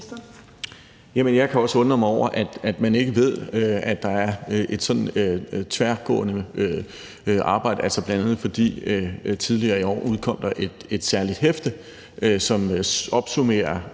Jeg kan også undre mig over, at man ikke ved, at der er et sådant tværgående arbejde, bl.a. fordi der tidligere i år udkom et særligt hæfte, som opsummerer